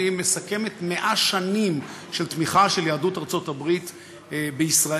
והיא מסכמת 100 שנים של תמיכה של יהדות ארצות-הברית בישראל,